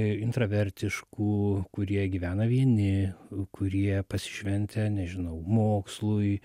intravertiškų kurie gyvena vieni kurie pasišventę nežinau mokslui